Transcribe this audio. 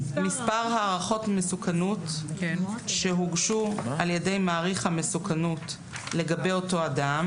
מספר הערכות מסוכנות שהוגשו על ידי מעריך המסוכנות לגבי אותו אדם